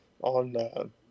on